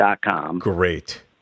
Great